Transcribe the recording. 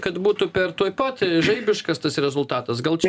kad būtų per tuoj pat žaibiškas tas rezultatas gal čia